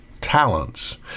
talents